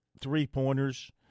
three-pointers